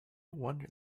wonder